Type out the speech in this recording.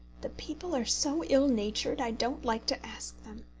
the people are so ill-natured i don't like to ask them.